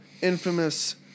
infamous